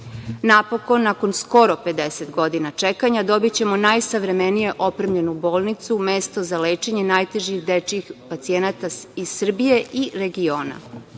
Napokon, nakon skoro 50 godina čekanja, dobićemo najsavremenije opremljenu bolnicu, mesto za lečenje najtežih dečijih pacijenata iz Srbije i regiona.